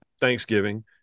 Thanksgiving